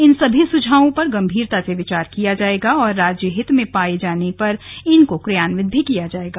इन सभी सुझावों पर गम्भीरता से विचार किया जाएगा और राज्यहित में पाए जाने पर इनको क्रियान्वित भी किया जाएगा